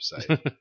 website